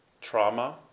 trauma